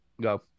Go